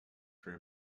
for